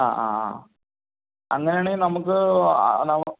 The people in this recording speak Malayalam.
അ ആ അ അങ്ങനാണേൽ നമുക്ക് നമ്